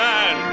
Man